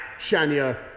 Shania